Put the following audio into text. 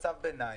למצב ביניים,